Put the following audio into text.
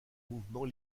mouvements